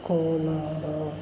Kolar